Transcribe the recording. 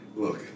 Look